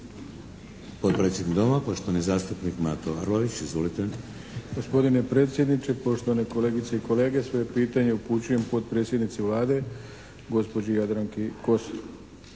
Potpredsjednik Doma poštovani zastupnik Mato Arlović. Izvolite. **Arlović, Mato (SDP)** Gospodine predsjedniče, poštovane kolegice i kolege. Svoje pitanje upućujem potpredsjednici Vlade gospođi Jadranki Kosor.